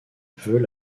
veut